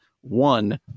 one